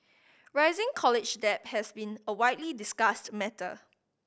rising college debt has been a widely discussed matter